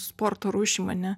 sporto rūšim ane